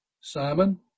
simon